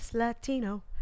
Latino